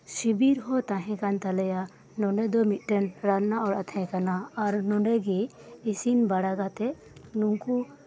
ᱥᱤᱵᱤᱨ ᱦᱚᱸ ᱛᱟᱸᱦᱮ ᱠᱟᱱ ᱛᱟᱞᱮᱭᱟ ᱱᱚᱰᱮ ᱫᱚ ᱢᱤᱫᱴᱮᱱ ᱨᱟᱱᱱᱟ ᱚᱲᱟᱜ ᱛᱟᱸᱦᱮ ᱠᱟᱱᱟ ᱟᱨ ᱟᱨ ᱱᱚᱰᱮ ᱜᱮ ᱤᱥᱤᱱ ᱵᱟᱲᱟ ᱠᱟᱛᱮᱜ ᱩᱱᱠᱩ